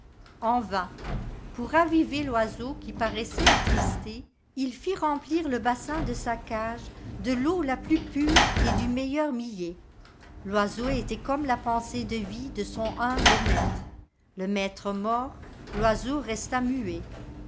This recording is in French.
en vain pour raviver l'oiseau qui paraissait attristé il fit remplir l'arbre de noël ie bassin de sa cage de teau la plus pure et du meilleur millet l'oiseau était comme la pensée de vie de son humble maître le maître mort l'oiseau resta muet